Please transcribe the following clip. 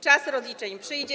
Czas rozliczeń przyjdzie.